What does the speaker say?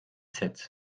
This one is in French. sept